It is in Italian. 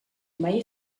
ormai